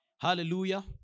Hallelujah